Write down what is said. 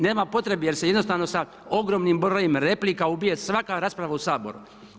Nema potrebe, jer se jednostavno sa ogromnim brojem replika, ubije svaka rasprava u Saboru.